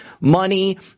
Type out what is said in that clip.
money